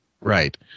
Right